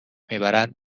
میبرند